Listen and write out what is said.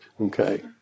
okay